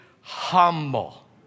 humble